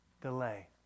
delay